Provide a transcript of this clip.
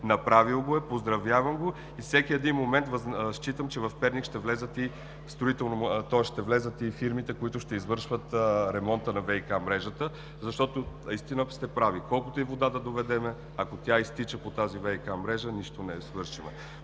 Направил го е, поздравявам го. Във всеки един момент считам, че в Перник ще влязат и фирмите, които ще извършват ремонта на ВиК мрежата, защото наистина сте прави, че колкото и вода да доведем, ако тя изтича по тази ВиК мрежа, нищо не вършим.